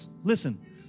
Listen